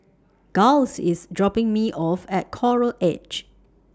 Giles IS dropping Me off At Coral Edge